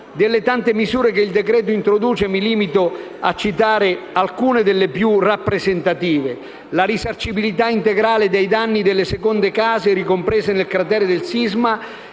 Delle tante misure che il decreto-legge introduce mi limito a citare alcune tra le più rappresentative: la risarcibilità integrale dei danni delle seconde case ricomprese nel cratere del sisma